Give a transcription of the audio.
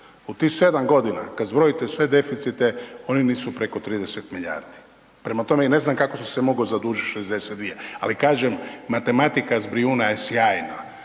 u tih 7.g. kad zbrojite sve deficite, oni nisu preko 30 milijardi, prema tome i ne znam kako sam se mogao zadužit 62, ali kažem matematika s Brijuna je sjajna